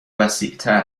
وسیعتر